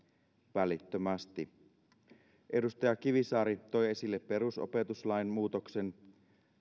välittömästi edustaja kivisaari toi esille perusopetuslain muutoksen